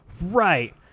right